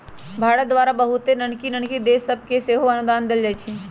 भारत द्वारा बहुते नन्हकि नन्हकि देश सभके सेहो अनुदान देल जाइ छइ